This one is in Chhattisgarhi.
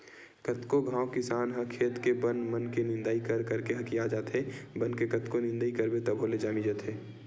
कतको घांव किसान ह खेत के बन मन के निंदई कर करके हकिया जाथे, बन के कतको निंदई करबे तभो ले जामी जाथे